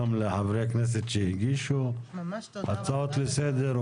גם לחברי הכנסת שהגישו הצעות לסדר,